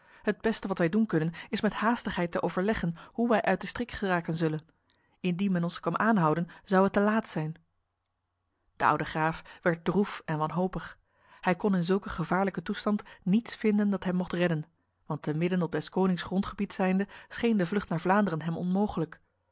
het beste dat wij doen kunnen is met haastigheid te overleggen hoe wij uit de strik geraken zullen indien men ons kwam aanhouden zou het te laat zijn de oude graaf werd droef en wanhopig hij kon in zulke gevaarlijke toestand niets vinden dat hem mocht redden want te midden op des konings grondgebied zijnde scheen de vlucht naar vlaanderen hem onmogelijk